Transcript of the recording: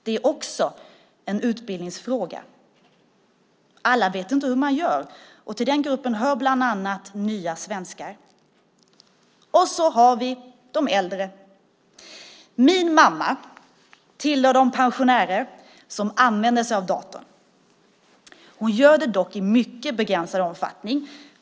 Det är också en utbildningsfråga. Alla vet inte hur man gör, och till den gruppen hör bland annat nya svenskar. Sedan har vi de äldre. Min mamma tillhör de pensionärer som använder sig av datorn. Hon gör det dock i mycket begränsad omfattning.